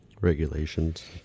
Regulations